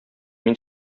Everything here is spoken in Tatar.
мин